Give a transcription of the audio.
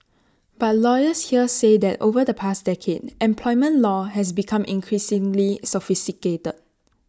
but lawyers here say that over the past decade employment law has become increasingly sophisticated